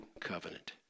Covenant